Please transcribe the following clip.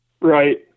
Right